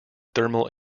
thermal